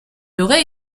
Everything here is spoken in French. aurait